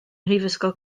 mhrifysgol